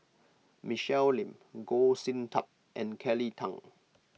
Michelle Lim Goh Sin Tub and Kelly Tang